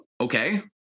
Okay